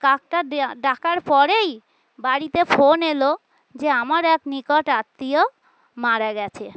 কাকটা ডে ডাকার পরেই বাড়িতে ফোন এলো যে আমার এক নিকট আত্মীয় মারা গেছে